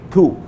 Two